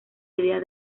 idea